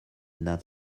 not